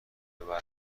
برمونن